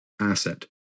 asset